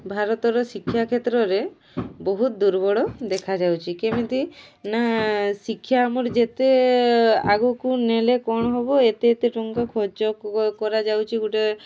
ଭାରତର ଶିକ୍ଷା କ୍ଷେତ୍ରରେ ବହୁତ ଦୁର୍ବଳ ଦେଖାଯାଉଛି କେମିତି ନା ଶିକ୍ଷା ଆମର ଯେତେ ଆଗକୁ ନେଲେ କ'ଣ ହେବ ଏତେ ଏତେ ଟଙ୍କା ଖର୍ଚ୍ଚ କରାଯାଉଛି ଗୋଟେ